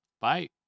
Bye